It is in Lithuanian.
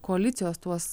koalicijos tuos